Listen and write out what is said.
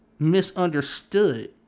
misunderstood